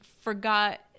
forgot